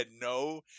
no